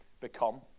become